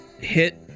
hit